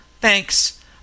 Thanks